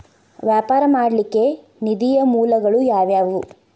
ವ್ಯಾಪಾರ ಮಾಡ್ಲಿಕ್ಕೆ ನಿಧಿಯ ಮೂಲಗಳು ಯಾವ್ಯಾವು?